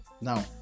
now